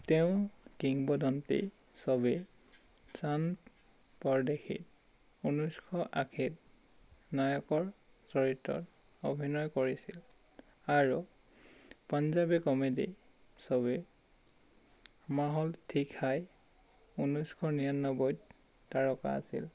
তেওঁঁ কিংবদন্তি ছবি চান পৰদেশী ঊনৈছশ আশীত নায়কৰ চৰিত্ৰত অভিনয় কৰিছিল আৰু পাঞ্জাবী কমেডী ছবি মাহৌল থিক হাই ঊনৈছশ নিৰান্নব্বৈত তাৰকা আছিল